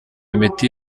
imiti